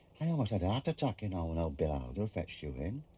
i almost had a heart attack you know when old bill howgill fetched you in.